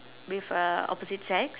with uh opposite sex